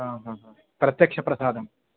प्रत्यक्षप्रसादम्